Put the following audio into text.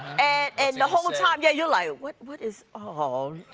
and the whole time yeah, you're, like, what what is oh,